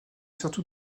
surtout